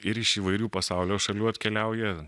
ir iš įvairių pasaulio šalių atkeliauja